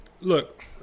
Look